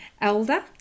Elder